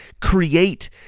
create